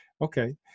okay